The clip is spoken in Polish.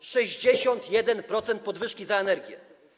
To 61% podwyżki ceny za energię.